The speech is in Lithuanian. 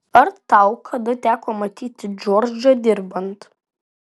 ar tau kada teko matyti džordžą dirbant